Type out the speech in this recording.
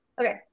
okay